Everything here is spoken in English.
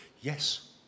Yes